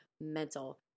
mental